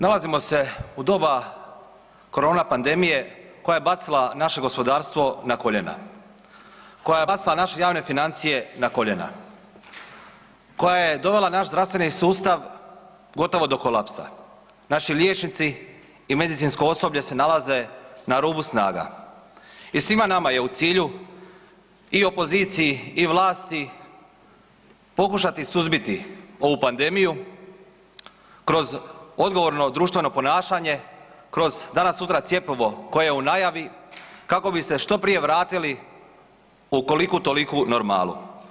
Nalazimo se u doba korona pandemije koja je bacila naše gospodarstvo na koljena, koja je bacila naše javne financije na koljena, koja je dovela naš zdravstveni sustav gotovo do kolapsa, naši liječnici i medicinsko osoblje se nalaze na rubu snaga i svima nama je u cilju i opoziciji i vlasti pokušati suzbiti ovu pandemiju kroz odgovorno društveno ponašanje, kroz danas sutra cjepivo koje je u najavi kako bi se što prije vratili u koliku toliku normalu.